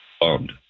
bummed